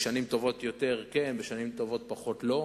בשנים טובות יותר כן, בשנים טובות פחות לא,